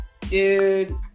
Dude